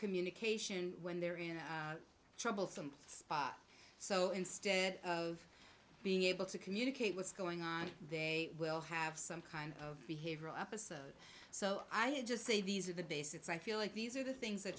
communication when they're in trouble some spot so instead of being able to communicate what's going on they will have some kind of behavioral episode so i just say these are the basics i feel like these are the things that